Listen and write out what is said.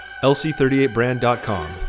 lc38brand.com